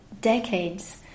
decades